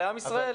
אני שמחה לשמוע.